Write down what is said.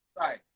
Right